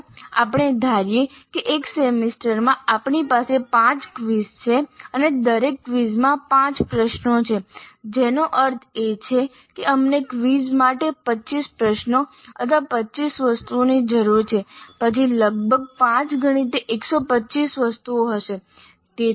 જો આપણે ધારીએ કે એક સેમેસ્ટરમાં આપણી પાસે પાંચ ક્વિઝ છે અને દરેક ક્વિઝમાં પાંચ પ્રશ્નો છે તેનો અર્થ એ છે કે અમને ક્વિઝ માટે 25 પ્રશ્નો અથવા 25 વસ્તુઓની જરૂર છે પછી લગભગ પાંચ ગણી તે 125 વસ્તુઓ હશે